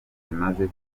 bimaze